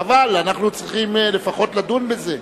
חבל, אנו צריכים לפחות לדון בזה.